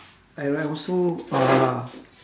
I like also uh